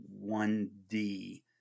1D